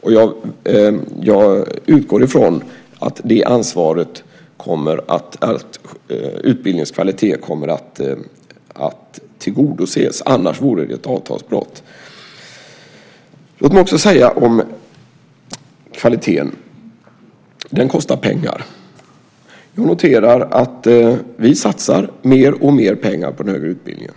Jag utgår ifrån att utbildningens kvalitet kommer att tillgodoses, annars vore det ett avtalsbrott. Låt mig också säga om kvaliteten att den kostar pengar. Jag noterar att vi satsar mer och mer pengar på den högre utbildningen.